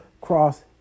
cross